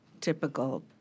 typical